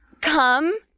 come